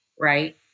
right